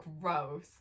gross